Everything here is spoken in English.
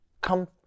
come